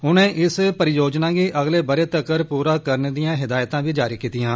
उनें इस परियोजना गी अगले ब' रे तगर पूरा करने दिआं हिदायतां बी जारी कीतीआं